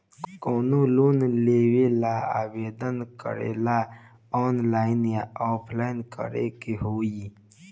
कवनो लोन लेवेंला आवेदन करेला आनलाइन या ऑफलाइन करे के होई?